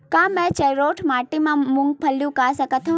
का मैं जलोढ़ माटी म मूंगफली उगा सकत हंव?